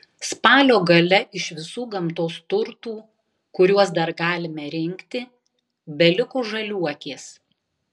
spalio gale iš visų gamtos turtų kuriuos dar galime rinkti beliko žaliuokės